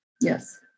yes